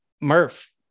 Murph